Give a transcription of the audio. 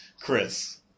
Chris